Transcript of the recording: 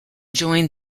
join